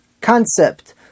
concept